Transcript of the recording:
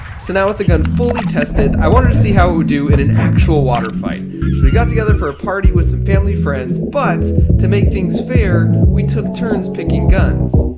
so now with the gun fully tested i wanted to see how we would do in an actual water fight, so we got together for a party with some family friends but to make things fair we took turns picking guns,